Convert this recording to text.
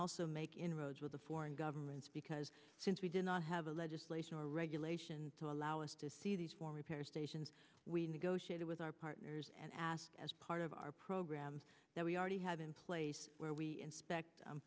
also make inroads with the foreign governments because since we do not have a legislation or regulation to allow us to see these for repair stations we negotiated with our partners and asked as part of our program that we already have in place where we inspect